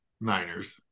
Niners